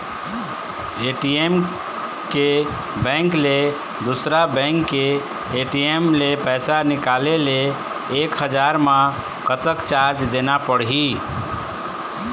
ATM के bank ले दुसर बैंक के ए.टी.एम ले पैसा निकाले ले एक हजार मा कतक चार्ज देना पड़ही?